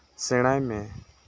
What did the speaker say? ᱥᱮᱬᱟᱭ ᱢᱮ